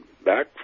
back